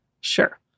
Sure